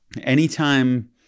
Anytime